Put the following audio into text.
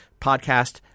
podcast